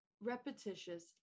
repetitious